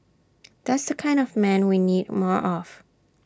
that's the kind of man we need more of